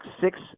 six